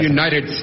United